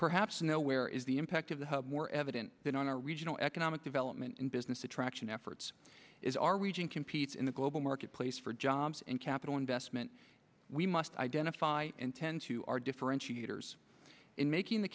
perhaps nowhere is the impact of the more evident than on our regional economic development and business attraction efforts is our region compete in the global marketplace for jobs and capital investment we must identify and tend to our differentiators in making the